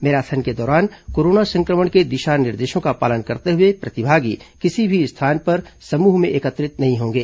marathon के दौरान corona संक्रमण के दिशा निर्देशों का पालन करते हुए प्रतिभागी किसी भी स्थान पर समूह में एकत्रित नहीं होंगे